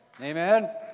Amen